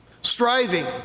striving